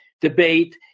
debate